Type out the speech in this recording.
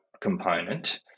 component